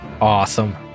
Awesome